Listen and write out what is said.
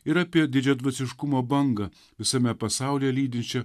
ir apie didžiadvasiškumo bangą visame pasaulyje lydinčią